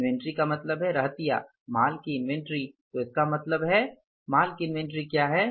inventory का मतलब है रहतिया माल की इन्वेंट्री तो इसका मतलब है माल की इन्वेंटरी क्या है